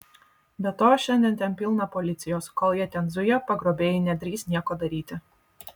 be to šiandien ten pilna policijos kol jie ten zuja pagrobėjai nedrįs nieko daryti